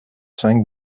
cinq